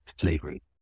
slavery